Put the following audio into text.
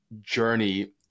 journey